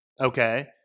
okay